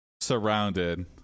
surrounded